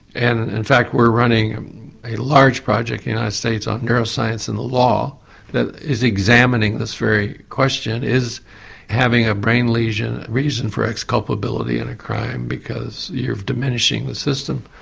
and in fact we're running a large project in the united states on neuroscience and the law that is examining this very question is having a brain lesion a reason for exculpability in a crime because you're diminishing the system.